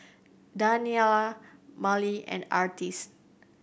Daniela Marley and Artis